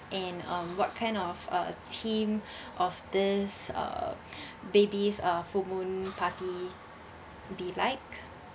and um what kind of uh theme of this uh babies uh full moon party be like